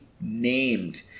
named